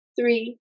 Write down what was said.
three